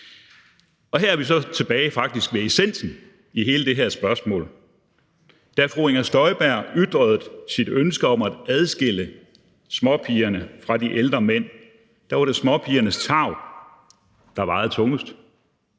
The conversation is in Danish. Og her er vi så faktisk tilbage ved essensen i hele det her spørgsmål: Da fru Inger Støjberg ytrede sit ønske om at adskille småpigerne fra de ældre mænd, var det småpigernes tarv, der vejede tungest,